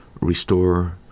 restore